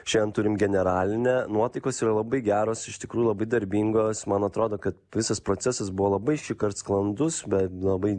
šiandien turim generalinę nuotaikos yra labai geros iš tikrųjų labai darbingos man atrodo kad visas procesas buvo labai šįkart sklandus bet labai